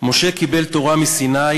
"משה קיבל תורה מסיני,